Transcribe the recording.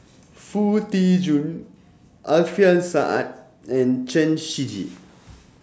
Foo Tee Jun Alfian Sa'at and Chen Shiji